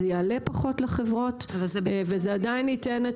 מה שיעלה פחות לחברות וזה עדיין ייתן את